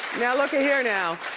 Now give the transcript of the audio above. now look ah here now,